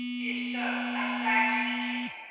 if so, i desire to meet him,